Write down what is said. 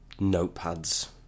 notepads